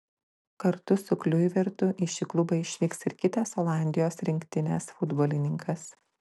kartu su kliuivertu į šį klubą išvyks ir kitas olandijos rinktinės futbolininkas